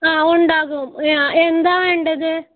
ആ ഉണ്ടാകും എന്താണ് വേണ്ടത്